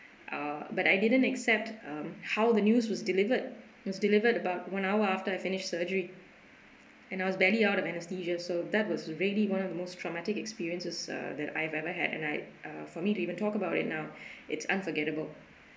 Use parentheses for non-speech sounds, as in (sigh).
uh but I didn't accept um how the news was delivered it was delivered about one hour after I finished surgery and I was barely out of anaesthesia so that was really one of the most traumatic experiences err that I've ever had and I uh for me to even talk about it now (breath) it's unforgettable